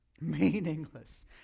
Meaningless